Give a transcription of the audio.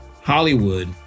Hollywood